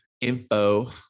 info